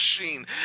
machine